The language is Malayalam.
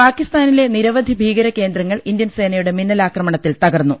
പാകിസ്താനിലെ നിരവധി ഭീകര കേന്ദ്രങ്ങൾ ഇന്ത്യൻ സേനയുടെ മിന്നലാക്ര മണത്തിൽ തകർന്നു